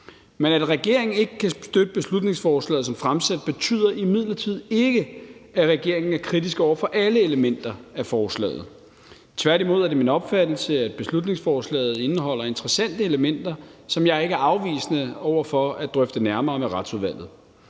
At regeringen ikke kan støtte beslutningsforslaget som fremsat, betyder imidlertid ikke, at regeringen er kritisk over for alle elementer af forslaget. Tværtimod er det min opfattelse, at beslutningsforslaget indeholder interessante elementer, som jeg ikke er afvisende over for at drøfte nærmere med Retsudvalget.